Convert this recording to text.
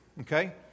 Okay